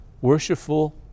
worshipful